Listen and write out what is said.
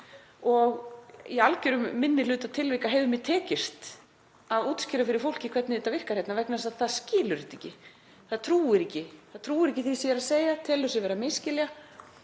og í algerum minni hluta tilvika hefur mér tekist að útskýra fyrir fólki hvernig þetta virkar vegna þess að það skilur þetta ekki. Það trúir ekki því sem ég er að segja, telur sig vera að misskilja